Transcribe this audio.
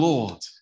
Lord